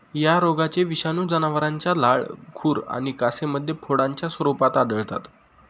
या रोगाचे विषाणू जनावरांच्या लाळ, खुर आणि कासेमध्ये फोडांच्या स्वरूपात आढळतात